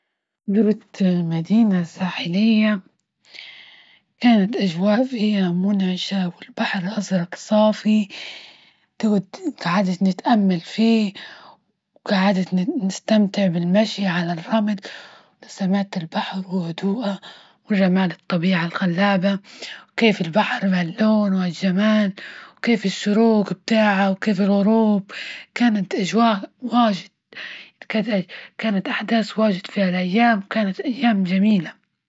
زرت مدينة ساحلية كانت أجواء فيها منعشة، والبحر أزرق صافي، نقعد نتأمل فيه، وقعدت نستمتع بالمشي على الرمل، وسمعت البحر وهدوءا وجمال الطبيعة الخلابة، وكيف البحر ما اللون والجمال؟ وكيف الشروق بتاعها؟ وكيف الغروب؟ كانت أجواء واجد -كانت أحداث واجد في هالأيام وكانت ايام جميلة.